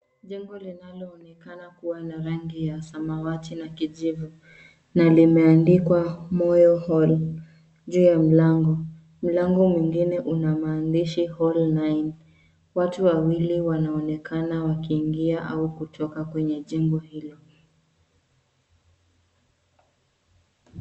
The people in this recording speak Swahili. Jengo linaloonekana kuwa na rangi ya samawati na kijivu na limeandikwa, Moyo Hall, juu ya mlango. Mlango mwingine una maandishi, Hall nine. Watu wawili wanaonekana wakiingia au kutoka kwenye jengo hilo.